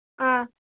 ꯑꯥ